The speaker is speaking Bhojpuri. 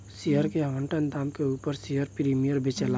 शेयर के आवंटन दाम के उपर शेयर प्रीमियम बेचाला